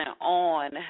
on